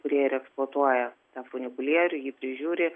kurie ir eksploatuoja funikulierių jį prižiūri